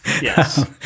yes